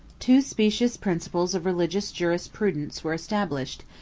two specious principles of religious jurisprudence were established,